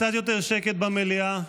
קצת יותר שקט במליאה.